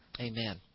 Amen